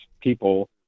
people